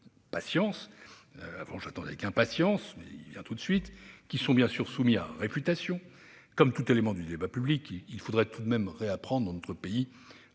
qui sont, bien sûr, soumis à réfutation, comme tout élément du débat public. Il faudrait tout de même réapprendre, dans notre pays,